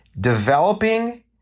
developing